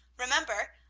remember,